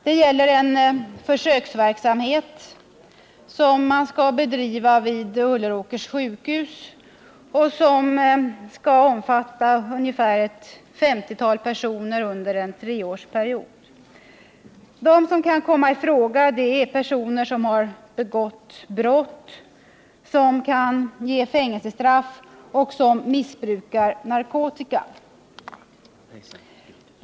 Det gäller en försöksverksamhet, som skall bedrivas vid Ulleråkers sjukhus och som beräknas omfatta ett 50-tal personer under en treårsperiod. De som kan komma i fråga är personer som har begått brott, vilka kan föranleda fängelsestraff, och som missbrukar narkotika.